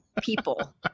people